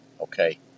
Okay